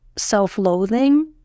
self-loathing